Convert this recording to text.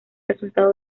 resultado